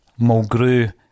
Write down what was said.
Mulgrew